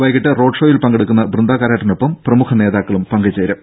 വൈകിട്ട് റോഡ് ഷോയിൽ പങ്കെടുക്കുന്ന ബൃന്ദാ കാരാട്ടിനൊപ്പം പ്രമുഖ നേതാക്കളും പങ്കുചേരും